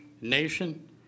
nation